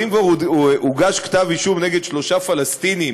אז אם כבר הוגש כתב אישום נגד שלושה פלסטינים